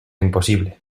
imposible